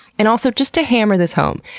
and also, just to hammer this home,